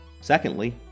Secondly